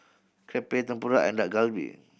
Crepe Tempura and Dak Galbi